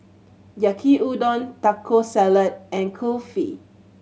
Yaki Udon Taco Salad and Kulfi